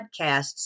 podcasts